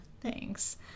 Thanks